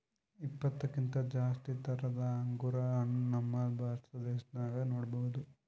ಇಪ್ಪತ್ತಕ್ಕಿಂತ್ ಜಾಸ್ತಿ ಥರದ್ ಅಂಗುರ್ ಹಣ್ಣ್ ನಮ್ ಭಾರತ ದೇಶದಾಗ್ ನೋಡ್ಬಹುದ್